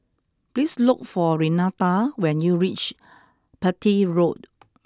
please look for Renata when you reach Petir Road